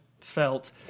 felt